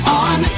on